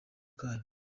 kayo